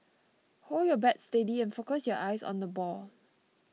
hold your bat steady and focus your eyes on the ball